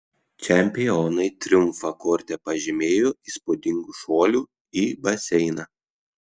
čempionai triumfą korte pažymėjo įspūdingu šuoliu į baseiną